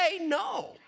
no